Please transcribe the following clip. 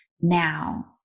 now